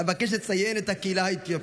אבקש לציין את הקהילה האתיופית,